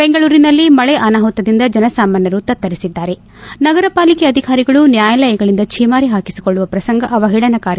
ಬೆಂಗಳೂರಿನಲ್ಲಿ ಮಳೆ ಅನಾಹುತದಿಂದ ಜನಸಾಮಾನ್ನರು ತತ್ತರಿಸಿದ್ದಾರೆ ನಗರ ಪಾಲಿಕೆ ಅಧಿಕಾರಿಗಳು ನ್ಯಾಯಾಲಯಗಳಂದ ಛೀಮಾರಿ ಹಾಕಿಸಿಕೊಳ್ಳುವ ಪ್ರಸಂಗ ಅವಹೇಳನಕಾರಿ